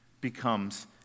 becomes